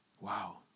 Wow